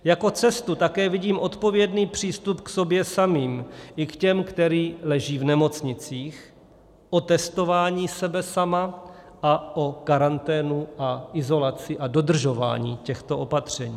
Jako cestu také vidím odpovědný přístup k sobě samým i k těm, kteří leží v nemocnicích, o testování sebe sama a o karanténu a izolaci a dodržování těchto opatření.